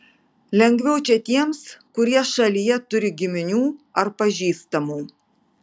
lengviau čia tiems kurie šalyje turi giminių ar pažįstamų